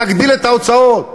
תגביל את ההוצאות,